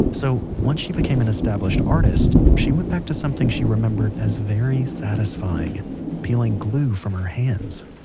so once she became an established artist, she went back to something she remembered as very satisfying peeling glue from her hands